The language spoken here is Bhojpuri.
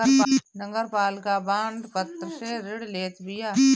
नगरपालिका बांड पत्र से ऋण लेत बिया